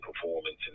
performance